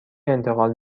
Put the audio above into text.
انتقال